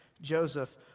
Joseph